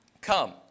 Come